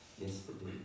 yesterday